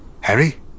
Harry